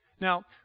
Now